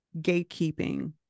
gatekeeping